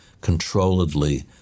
controlledly